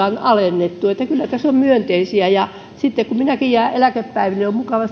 on alennettu eli kyllä tässä on myönteisiä asioita sitten kun minäkin jään eläkepäiville on mukava